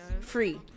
Free